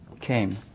came